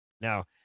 Now